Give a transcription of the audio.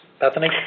Bethany